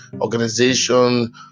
organization